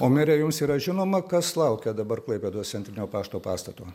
o mere jums yra žinoma kas laukia dabar klaipėdos centrinio pašto pastato